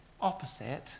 opposite